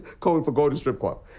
code for going a strip club.